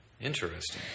Interesting